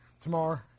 tomorrow